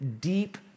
deep